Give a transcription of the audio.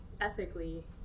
ethically